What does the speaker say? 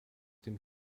dem